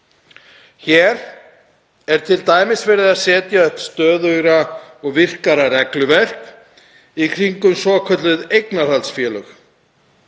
Hér er t.d. verið að setja upp stöðugra og virkara regluverk í kringum svokölluð eignarhaldsfélög.